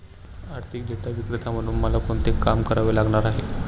आर्थिक डेटा विक्रेता म्हणून मला कोणते काम करावे लागणार आहे?